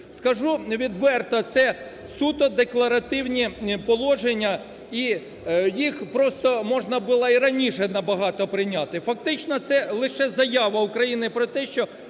Скажу відверто, це суто декларативні положення, і їх просто можна було і раніше набагато прийняти. Фактично це лише заява України про те, що